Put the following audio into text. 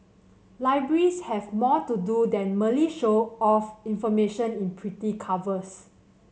libraries have more to do than merely show off information in pretty covers